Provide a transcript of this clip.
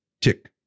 tick